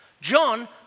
John